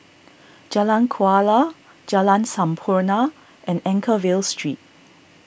Jalan Kuala Jalan Sampurna and Anchorvale Street